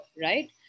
right